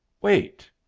Wait